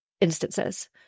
instances